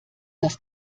das